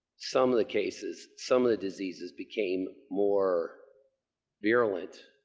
some of the cases, some of the diseases became more virulent.